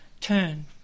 turn